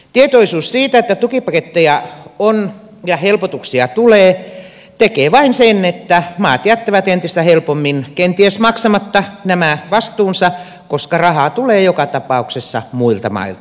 tietoisuus siitä että tukipaketteja on ja helpotuksia tulee tekee vain sen että maat jättävät entistä helpommin kenties maksamatta nämä vastuunsa koska rahaa tulee joka tapauksessa muilta mailta